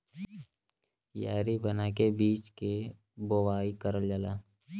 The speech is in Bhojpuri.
कियारी बना के बीज के बोवाई करल जाला